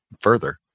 further